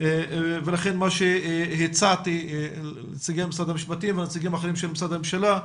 ולכן מה שהצעתי לנציגי משרד המשפטים ולנציגים אחרים של משרדי ממשלה,